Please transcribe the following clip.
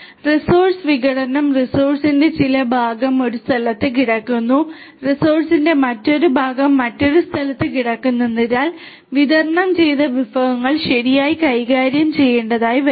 resource വിഘടനം റിസോഴ്സിന്റെ ചില ഭാഗം ഒരു സ്ഥലത്ത് കിടക്കുന്നു റിസോഴ്സിന്റെ മറ്റൊരു ഭാഗം മറ്റൊരു സ്ഥലത്ത് കിടക്കുന്നതിനാൽ വിതരണം ചെയ്ത വിഭവങ്ങൾ ശരിയായി കൈകാര്യം ചെയ്യേണ്ടതായി വരും